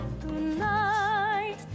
Tonight